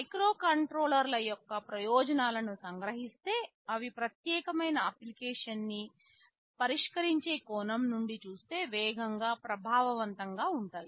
మైక్రోకంట్రోలర్ల యొక్క ప్రయోజనాలను సంగ్రహిస్తే అవి ప్రత్యేకమైన అప్లికేషన్ న్ని పరిష్కరించే కోణం నుండి చూస్తే వేగంగా ప్రభావవంతంగా ఉంటాయి